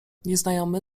nieznajomy